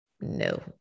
no